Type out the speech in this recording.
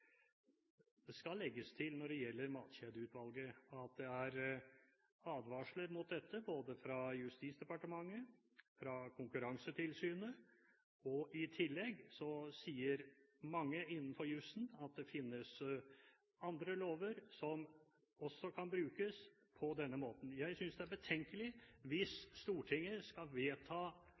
Det skal når det gjelder Matkjedeutvalget, legges til at det er advarsler mot dette både fra Justisdepartementet og fra Konkurransetilsynet. I tillegg sier mange innenfor jusen at det finnes andre lover som også kan brukes på denne måten. Jeg synes det er betenkelig hvis Stortinget skal vedta